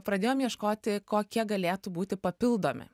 pradėjom ieškoti kokie galėtų būti papildomi